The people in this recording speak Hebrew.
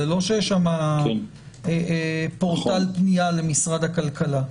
זה לא שיש שם פורטל פנייה למשרד הכלכלה.